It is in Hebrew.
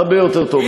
הרבה יותר טוב.